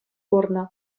курнӑ